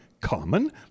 common